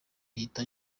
bita